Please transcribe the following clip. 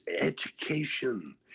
education